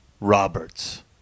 Roberts